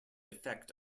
effect